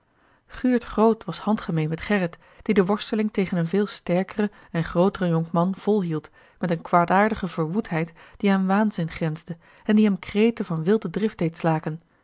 guurt groot was handgemeen met gerrit die de worsteling tegen een veel sterkeren en grooteren jonkman volhield met a l g bosboom-toussaint de delftsche wonderdokter eel een kwaadaardige verwoedheid die aan waanzin grensde en die hem kreten van wilde drift deed slaken